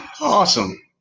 Awesome